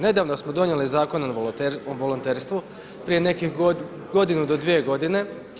Nedavno smo donijeli Zakon o volonterstvu, prije nekih godinu do dvije godine.